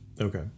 Okay